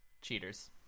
Cheaters